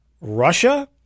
Russia